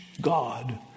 God